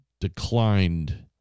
declined